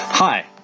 Hi